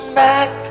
back